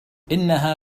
إنها